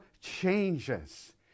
changes